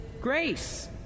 grace